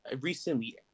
recently